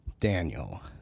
Daniel